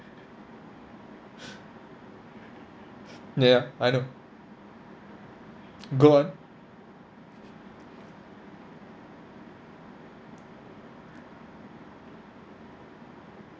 ya I know go on